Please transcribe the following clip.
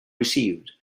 received